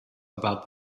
about